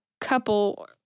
couple